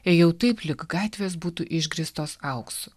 ėjau taip lyg gatvės būtų išgrįstos auksu